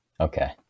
Okay